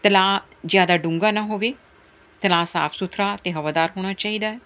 ਤਲਾਅ ਜ਼ਿਆਦਾ ਡੂੰਘਾ ਨਾ ਹੋਵੇ ਤਲਾਅ ਸਾਫ ਸੁਥਰਾ ਅਤੇ ਹਵਾਦਾਰ ਹੋਣਾ ਚਾਹੀਦਾ